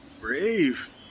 Brave